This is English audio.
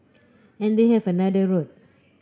and they have another road